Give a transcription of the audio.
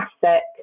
fantastic